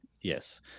Yes